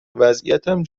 وضعیتم